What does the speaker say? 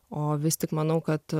o vis tik manau kad